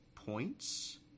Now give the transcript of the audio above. points